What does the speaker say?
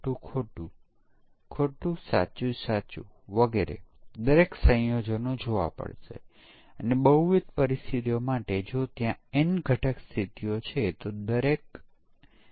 તેથી ત્યાં 3 સમકક્ષ વર્ગો હશે 2 અમાન્ય 10000 કરતા ઓછા અને માફ કરશો 90000 કરતા વધારે અને 10000 અને 90000 વચ્ચેનો માન્ય સમકક્ષ વર્ગ